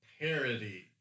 parody